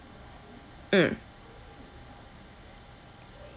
mm